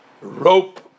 rope